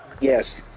Yes